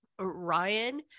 Ryan